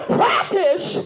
practice